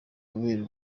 kubera